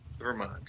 Vermont